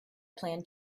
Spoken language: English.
plan